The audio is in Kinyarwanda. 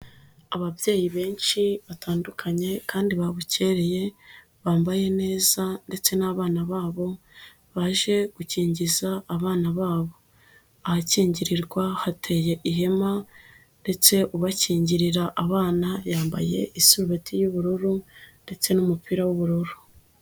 Ababyeyi benshi batandukanye kandi babukereye, bambaye neza ndetse n'abana babo, baje gukingiza abana babo, ahakingirirwa hateye ihema ndetse ubakingirira abana yambaye isorati y'ubururu ndetse n'umupira w'ubururu.